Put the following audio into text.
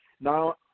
now